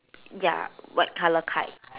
ya white colour kite